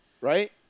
right